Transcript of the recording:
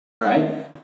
right